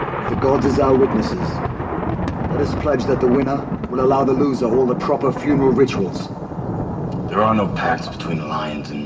with the gods as eyewitnesses that has pledged that the winner will allow the loser all the proper funeral rituals there are no parts between the lines. and